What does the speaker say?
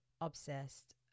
obsessed